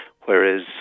Whereas